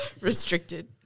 Restricted